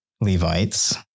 Levites